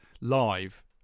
live